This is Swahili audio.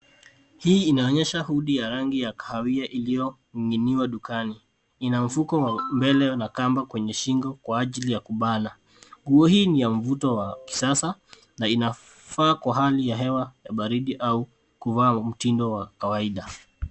Hii inaonyesha hudi ya rangi ya kahawia iliyoninginiwa dukani, inamfuko mbeleo na kamba kwenye shingo kwa ajili ya kubana. Nguo hii ni yamvuto wa kisasa na inafaa kwa kwa hali ya hewa ya baridi au kuvaa mtundo wa kawaida.